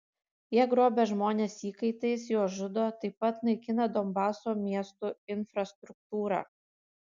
jie grobia žmones įkaitais juos žudo taip pat naikina donbaso miestų infrastruktūrą